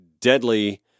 deadly